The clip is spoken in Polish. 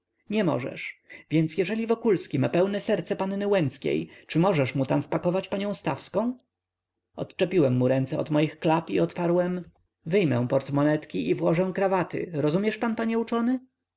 nie możesz więc jeżeli wokulski ma pełne serce panny łęckiej czy możesz mu tam wpakować panią stawską odczepiłem mu ręce od moich klap i odparłem wyjmę portmonetki i włożę krawaty rozumiesz pan panie uczony